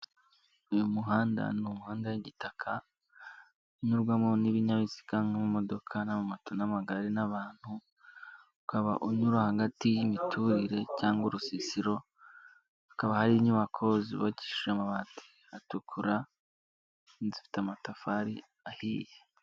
Uyu muhanda ni umuhanda w'igitaka, unyurwamo n'ibinyabiziga nk'imodoka, na moto n'amagare, n'abantu, ukaba unyura hagati y'imiturire cyangwa urusisiro, hakaba hari inyubako zibatishije amabati atukura zifite amatafari ahiye.